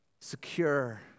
secure